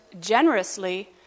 generously